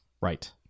Right